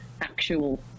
actual